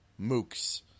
mooks